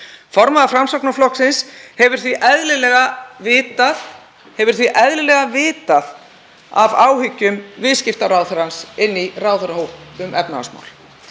Formaður Framsóknarflokksins hefur því eðlilega vitað af áhyggjum viðskiptaráðherrans í ráðherrahópi um efnahagsmál.